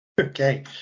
okay